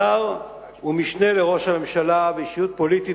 שר ומשנה לראש הממשלה ואישיות פוליטית